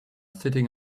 sitting